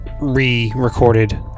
re-recorded